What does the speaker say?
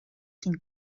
sin